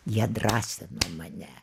jie drąsino mane